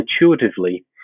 intuitively